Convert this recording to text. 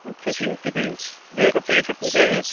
اچھا کتنے ایک ہفتے کی چھٹی چاہیے